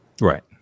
right